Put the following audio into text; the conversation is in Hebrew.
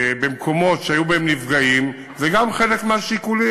במקומות שהיו בהם נפגעים, זה גם חלק מהשיקולים.